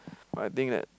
I think that